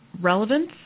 relevance